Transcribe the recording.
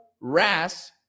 RAS